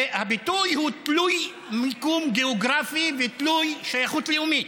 הביטוי הוא תלוי מיקום גאוגרפי ותלוי שייכות לאומית,